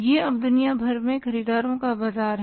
यह अब दुनिया भर में खरीदारों का बाजार है